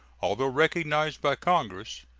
although recognized by congress,